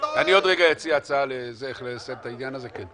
אני עוד רגע אציע הצעה איך לסיים את העניין הזה.